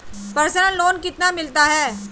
Personal loan कितना मिलता है?